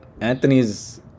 Anthony's